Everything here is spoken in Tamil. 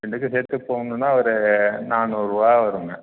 ரெண்டுக்கும் சேர்த்து போகணுன்னா ஒரு நானூரூபா வரும்ங்க